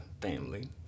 family